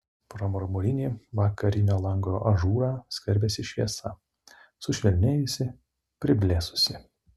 pro marmurinį vakarinio lango ažūrą skverbėsi šviesa sušvelnėjusi priblėsusi